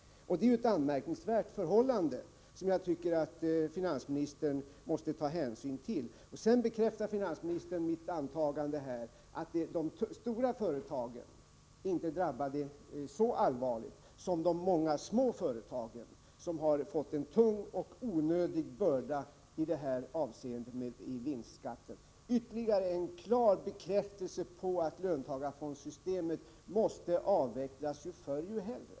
Det är ett anmärkningsvärt förhållande, som jag tycker att finansministern måste ta hänsyn till. Finansministern bekräftade mitt antagande att de stora företagen inte drabbas så allvarligt som de många små företagen, som i och med vinstdelningsskatten har fått en tung och onödig börda. Det är ytterligare en klar bekräftelse på att löntagarfondssystemet måste avvecklas — ju förr desto hellre.